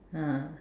ah